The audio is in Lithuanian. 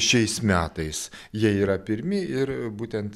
šiais metais jie yra pirmi ir būtent